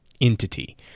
Entity